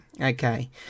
okay